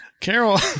Carol